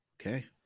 Okay